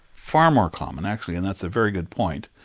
far more common actually and that's a very good point.